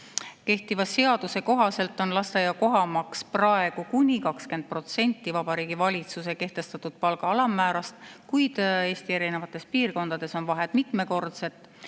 Kehtiva seaduse kohaselt on lasteaia kohamaks praegu kuni 20% Vabariigi Valitsuse kehtestatud palga alammäärast, kuid Eesti erinevates piirkondades on vahed mitmekordsed.